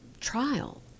trial